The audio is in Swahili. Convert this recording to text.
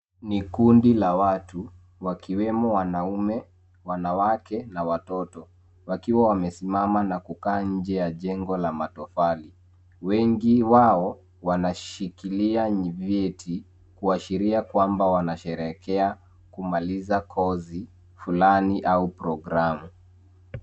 Ni kundi la watu wakiwemo wanaume, wanawake na watoto wakiwa wamesimama na kukaa nje ya jengo la matofali wengi wao wanashikilia ni vyeti kuashiria kwamba wanasherehekea kumaliza kozi fulani au programu.